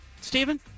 Stephen